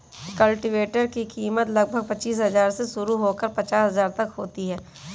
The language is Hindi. कल्टीवेटर की कीमत लगभग पचीस हजार से शुरू होकर पचास हजार तक होती है